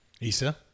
isa